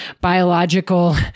biological